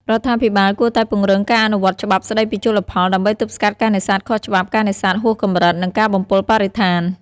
រដ្ឋាភិបាលគួរតែពង្រឹងការអនុវត្តច្បាប់ស្តីពីជលផល ដើម្បីទប់ស្កាត់ការនេសាទខុសច្បាប់ ការនេសាទហួសកម្រិត និងការបំពុលបរិស្ថាន។